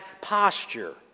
posture